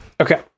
Okay